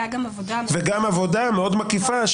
הייתה גם עבודה --- וגם עבודה מאוד מקיפה,